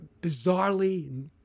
bizarrely